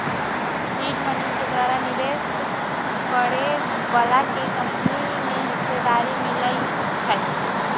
seed money के द्वारा निवेश करए बलाके कंपनी में हिस्सेदारी मिलइ छइ